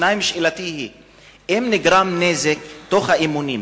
2. שאלתי היא, אם נגרם נזק במהלך האימונים,